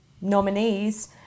nominees